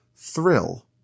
thrill